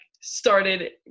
started